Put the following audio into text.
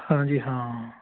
ਹਾਂਜੀ ਹਾਂ